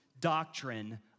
doctrine